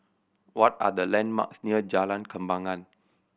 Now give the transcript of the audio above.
what are the landmarks near Jalan Kembangan